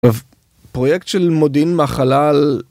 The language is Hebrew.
‫עכשיו, פרויקט של מודיעין מהחלל...